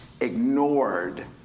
ignored